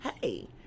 hey